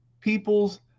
People's